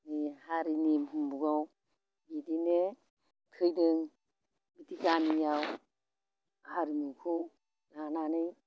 जोंनि हारिनि मुगाव इदिनो फैदों गामियाव आर्मिखौ लानानै